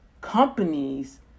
companies